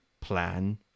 plan